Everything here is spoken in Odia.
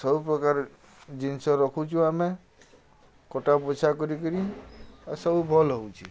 ସବୁପ୍ରକାର୍ ଜିନିଷ୍ ରଖୁଛୁଁ ଆମେ କଟାବଛା କରିକିରି ଆଉ ସବୁ ଭଲ୍ ହେଉଛେ